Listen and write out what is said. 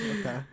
okay